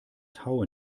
tau